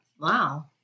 Wow